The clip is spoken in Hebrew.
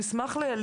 לשמוע